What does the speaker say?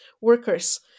workers